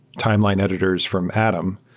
timeline editors from adam,